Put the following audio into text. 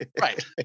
right